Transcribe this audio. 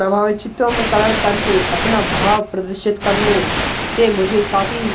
प्रभावित चित्रों में कलर करके अपना भाव प्रदर्शित करने से मुझे काफी